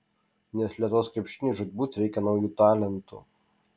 nes lietuvos krepšiniui žūtbūt reikia naujų talentų